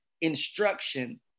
instruction